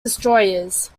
destroyers